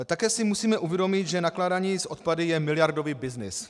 Také si musíme uvědomit, že nakládání s odpady je miliardový byznys.